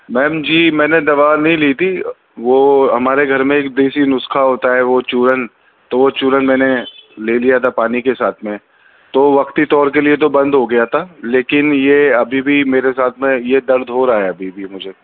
میم جی میں نے دوا نہیں لی تھی وہ ہمارے گھر میں ایک دیسی نسخہ ہوتا ہے وہ چورن تو وہ چورن میں نے لے لیا تھا پانی کے ساتھ میں تو وقتی طور کے لیے تو بند ہو گیا تھا لیکن یہ ابھی بھی میرے ساتھ میں یہ درد ہو رہا ہے ابھی بھی مجھے